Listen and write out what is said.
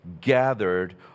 gathered